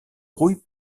rouille